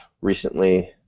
recently